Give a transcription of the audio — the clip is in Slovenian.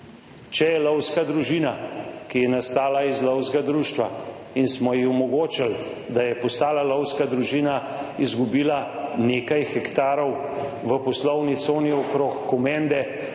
Če je lovska družina, ki je nastala iz lovskega društva in smo ji omogočili, da je postala lovska družina, izgubila nekaj hektarov v poslovni coni okrog Komende,